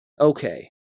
Okay